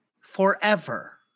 Forever